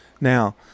now